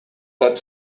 pot